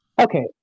okay